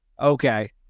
Okay